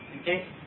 Okay